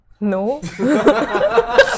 No